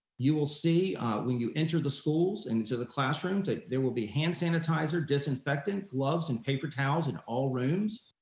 you will see when you enter the schools and into the classrooms, that there will be hand sanitizer disinfectant, gloves and paper towels in all rooms.